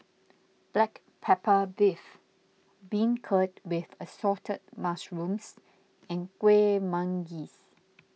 Black Pepper Beef Beancurd with Assorted Mushrooms and Kueh Manggis